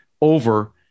over